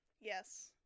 Yes